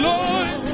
Lord